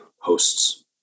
hosts